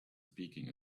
speaking